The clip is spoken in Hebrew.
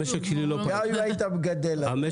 המשק שבבעלותי אינו פעיל.